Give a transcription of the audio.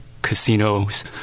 casinos